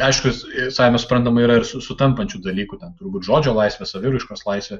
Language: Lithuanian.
aiškūs ir savaime suprantama yra ir su sutampančių dalykų ten turbūt žodžio laisvė saviraiškos laisvė